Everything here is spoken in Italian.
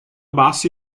bassi